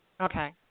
Okay